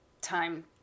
time